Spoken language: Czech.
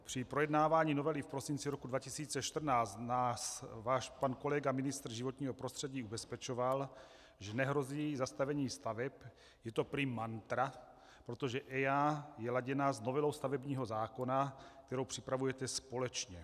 Při projednávání novely v prosinci roku 2014 nás váš kolega, pan ministr životního prostředí, ubezpečoval, že nehrozí zastavení staveb, je to prý mantra, protože EIA je laděna s novelou stavebního zákona, kterou připravujete společně.